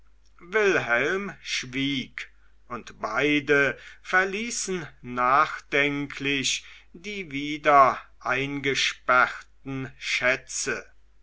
wilhelm schwieg und beide verließen nachdenklich die wieder eingesperrten schätze